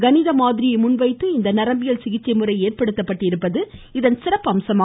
கணித மாதிரியை முன்வைத்து இந்த நரம்பியல் சிகிச்சை முறை ஏற்படுத்தப்பட்டிருப்பது இதன் சிறப்பம்சம்